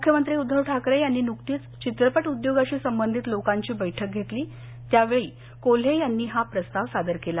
मुख्यमंत्री उद्धव ठाकरे यांनी नुकतीच चित्रपट उद्योगाशी संबधित लोकांची बैठक घेतली त्यावेळी कोल्हे यांनी हा प्रस्ताव सादर केला